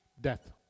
death